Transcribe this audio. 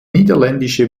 niederländische